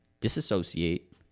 disassociate